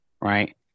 Right